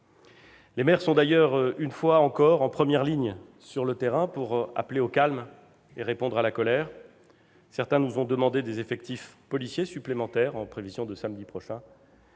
Les maires sont d'ailleurs, une fois encore, en première ligne sur le terrain pour appeler au calme et répondre à la colère. Certains nous ont demandé des effectifs policiers supplémentaires en prévision de samedi prochain